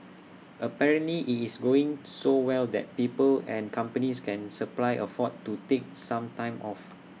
apparently IT is going so well that people and companies can supply afford to take some time off